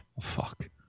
Fuck